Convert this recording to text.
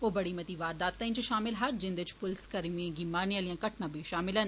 ओ बड़ी मती वारदाताएं च षामल हा जिन्दे च पुलसकर्मी गी मारने आलियां घटना बी षामल न